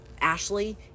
Ashley